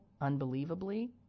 unbelievably